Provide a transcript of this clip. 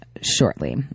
shortly